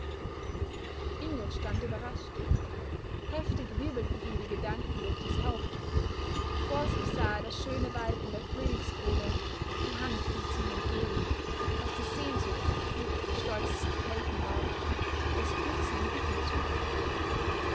ingo stand überrascht heftig wirbelten ihm die gedanken durch das haupt vor sich sah er das schöne weib in der königskrone die hand hielt sie ihm entgegen was die sehnsucht und glück des stolzesten helden war das trug sie ihm bittend zu